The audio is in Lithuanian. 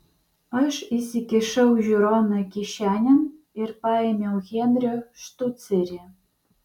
aš įsikišau žiūroną kišenėn ir paėmiau henrio štucerį